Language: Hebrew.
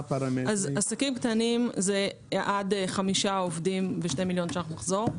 עסקים קטנים זה עד 5 עובדים ו-2 מיליון ₪ מחזור.